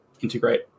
integrate